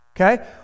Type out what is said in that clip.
Okay